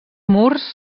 murs